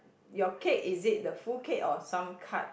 your cake is it the full cake or some cut